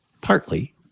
partly